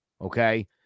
Okay